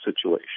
situation